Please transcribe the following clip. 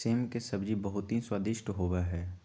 सेम के सब्जी बहुत ही स्वादिष्ट होबा हई